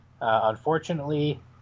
Unfortunately